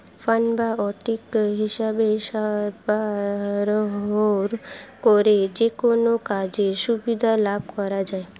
fund বা আর্থিক সেবা সরবরাহ করে যেকোনো কাজের সুবিধা লাভ করা যায়